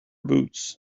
boots